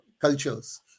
cultures